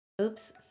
oops